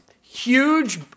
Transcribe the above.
Huge